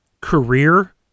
career